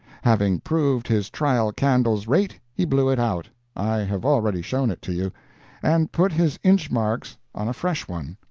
having proved his trial candle's rate, he blew it out i have already shown it to you and put his inch-marks on a fresh one.